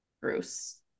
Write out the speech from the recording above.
bruce